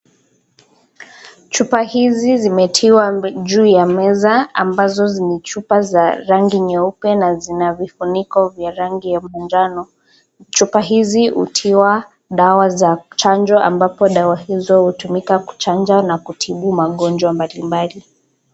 Chupa hizi zimetiwa juu ya meza ambazo ni chupa za rangi nyeupe na zina vifuniko vya rangi ya manjano. Chupa hizi hutiwa dawa za kuchanjwa ambapo dawa hizo hutumika kuchanja na kutibu magonjwa mbali mbali.